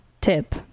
tip